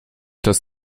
dass